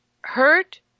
hurt